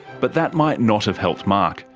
but that might not have helped mark,